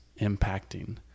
impacting